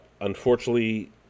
Unfortunately